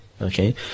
Okay